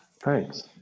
Thanks